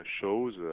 shows